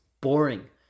boring